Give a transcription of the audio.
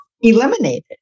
eliminated